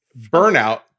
burnout